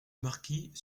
marquis